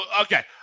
okay